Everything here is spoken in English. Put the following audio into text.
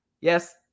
Yes